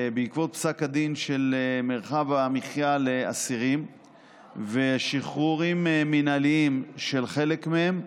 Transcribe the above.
בעקבות פסק הדין של מרחב המחיה לאסירים ושחרורים מינהליים של חלק מהם,